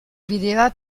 bideoa